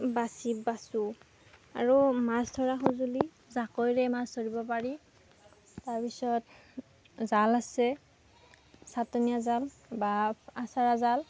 বাচি বাছোঁ আৰু মাছ ধৰা সঁজুলি জাকৈৰে মাছ ধৰিব পাৰি তাৰ পিছত জাল আছে ছাটনীয়া জাল বা আছাৰা জাল